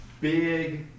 big